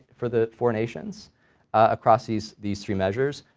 for the four nations across these these three measures.